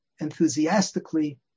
enthusiastically